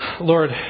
Lord